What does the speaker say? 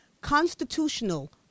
constitutional